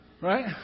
right